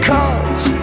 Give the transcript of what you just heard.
Cause